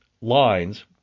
lines